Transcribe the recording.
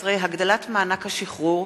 14) (הגדלת מענק השחרור),